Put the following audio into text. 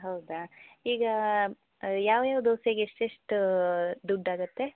ಹೌದಾ ಈಗ ಯಾವ್ಯಾವ ದೋಸೆಗೆ ಎಷ್ಟೆಷ್ಟು ದುಡ್ಡಾಗತ್ತೆ